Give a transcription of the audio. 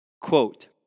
Quote